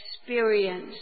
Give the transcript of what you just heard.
Experience